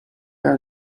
are